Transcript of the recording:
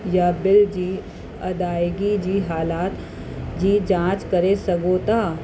या बिल जी अदायगी जी हालाति जी जांच करे सघो था